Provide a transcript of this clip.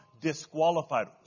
disqualified